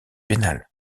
pénales